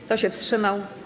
Kto się wstrzymał?